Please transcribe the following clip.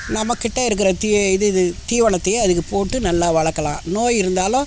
நம்மக்கிட்டே இருக்கிற தீ இது இது தீவனத்தையே அதுக்கு போட்டு நல்லா வளர்க்கலாம் நோய் இருந்தாலும்